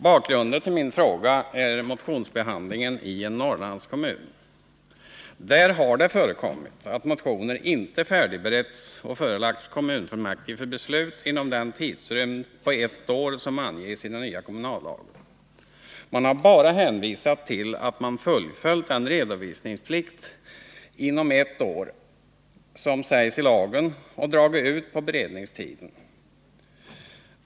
Bakgrunden till min fråga är motionsbehandlingen i en Norrlandskomte färdigberetts och förelagts kommunfullmäktige för beslut inom en tidsrymd på ett år som angesi den nya kommunallagen. Man har bara hänvisat till att man fullföljt den redovisningsplikt inom ett år som sägs i lagen och dragit ut på beredningstiden.